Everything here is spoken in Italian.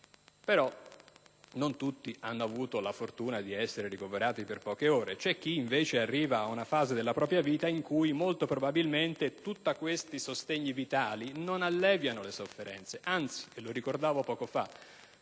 Non tutti però hanno avuto la fortuna di essere ricoverati per poche ore. C'è chi invece arriva ad una fase della propria vita in cui probabilmente tutti questi sostegni vitali non alleviano le sofferenze, anzi, e lo ricordavo poco fa,